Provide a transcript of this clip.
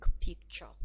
picture